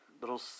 little